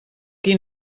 qui